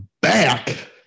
back